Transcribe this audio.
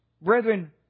Brethren